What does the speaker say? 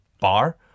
bar